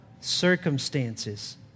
circumstances